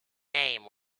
name